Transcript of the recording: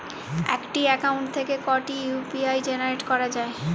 একটি অ্যাকাউন্ট থেকে কটি ইউ.পি.আই জেনারেট করা যায়?